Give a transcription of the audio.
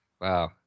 wow